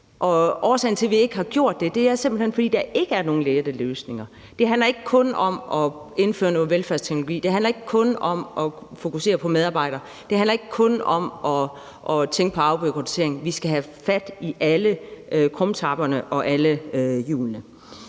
Årsagen til, at vi ikke har kunnet det, er simpelt hen, at der ikke er nogen lette løsninger. Det handler ikke kun om at indføre noget velfærdsteknologi. Det handler ikke kun om at fokusere på medarbejdere. Det handler ikke kun om at tænke på afbureaukratisering. Vi skal have fat i alle krumtapperne og alle hjulene.